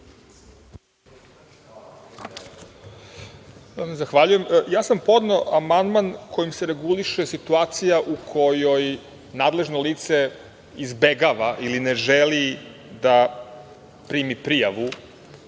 Zahvaljujem. Ja sam podneo amandman kojim se reguliše situacija u kojoj nadležno lice izbegava ili ne želi da primi prijavu